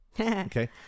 okay